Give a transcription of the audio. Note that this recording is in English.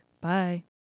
Bye